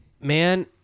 man